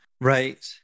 Right